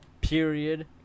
Period